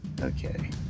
Okay